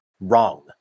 wrong